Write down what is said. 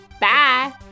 bye